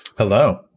Hello